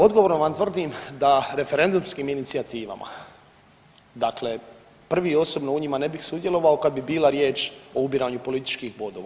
Odgovorno vam tvrdim da referendumskim inicijativama, dakle prvi osobno u njima ne bih sudjelovao kad bi bila riječ o ubiranju političkih bodova.